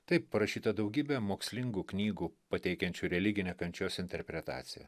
taip parašyta daugybė mokslingų knygų pateikiančių religinę kančios interpretaciją